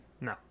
No